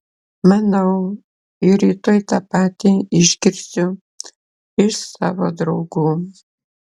manau ir rytoj tą patį išgirsiu iš savo draugų